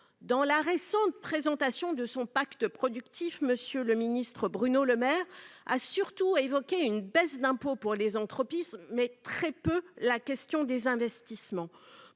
de la récente présentation de son Pacte productif, M. le ministre Bruno Le Maire a surtout évoqué une baisse d'impôts pour les entreprises, mais très peu la question des investissements.